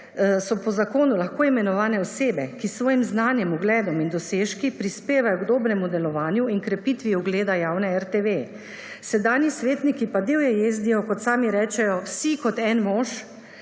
so po zakonu lahko imenovane osebe, ki s svojim znanje, ugledom in dosežki prispevajo k dobremu delovanju in krepitvi ugleda javne RTV. Sedanji svetniki pa divje jezdijo, kot sami rečejo, vsi kot en mož.